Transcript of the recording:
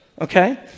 Okay